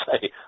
say